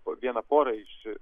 vieną porą iš